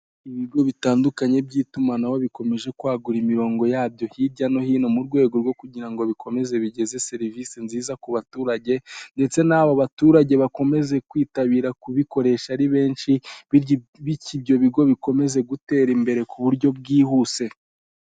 Ibigo bitandukanye by'itumanaho bikomeje kwagura imirongo yabyo hirya no hino, mu rwego rwo kugira ngo bikomeze bigeze serivisi nziza ku baturage ndetse n'abo baturage bakomeze kwitabira kubikoresha ari benshi, bityo ibyo bigo bikome gutera imbere ku buryo bwihuse.